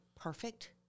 perfect